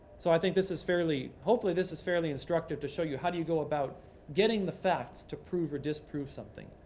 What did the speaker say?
so i think this is fairly hopefully, this is fairly instructive to show you how do you go about getting the facts to prove or disprove something,